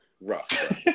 rough